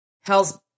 Hells